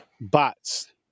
Bots